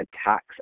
attacks